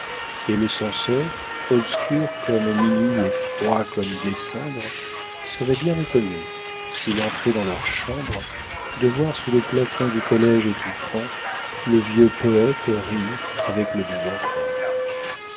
et le censeur obscur comme minuit et froid comme décembre serait bien étonné s'il entrait dans la chambre de voir sous le plafond du collège étouffant le vieux poète rire avec le doux enfant